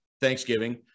Thanksgiving